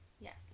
Yes